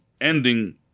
Ending